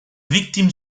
victime